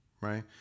right